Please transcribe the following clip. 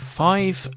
five